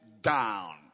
down